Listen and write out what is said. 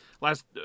last